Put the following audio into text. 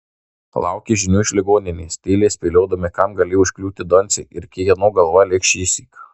laukė žinių iš ligoninės tyliai spėliodami kam galėjo užkliūti doncė ir kieno galva lėks šįsyk